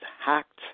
hacked